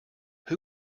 who